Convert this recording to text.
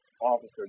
officer